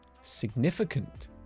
significant